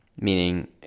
meaning